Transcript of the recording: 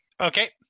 Okay